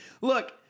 look